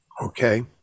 Okay